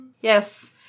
Yes